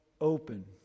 open